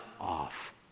off